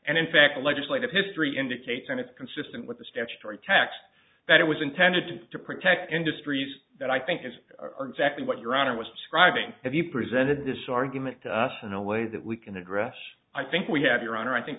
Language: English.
and in fact the legislative history indicates and it's consistent with the statutory text that it was intended to protect industries that i think is are exactly what your honor was describing if you presented this argument to us in a way that we can address i think we have your honor i think